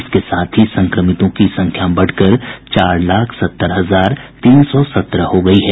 इसके साथ ही संक्रमितों की संख्या बढ़कर चार लाख सत्तर हजार तीन सौ सत्रह हो गयी है